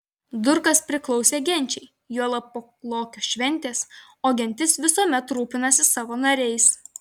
durkas priklausė genčiai juolab po lokio šventės o gentis visuomet rūpinasi savo nariais